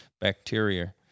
bacteria